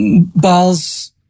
balls